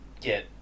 get